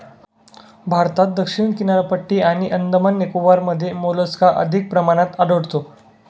भारतात दक्षिण किनारपट्टी आणि अंदमान निकोबारमध्ये मोलस्का अधिक प्रमाणात आढळतो